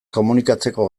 komunikatzeko